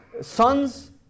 sons